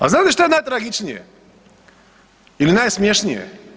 A znate što je najtragičnije ili najsmješnije?